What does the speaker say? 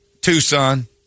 Tucson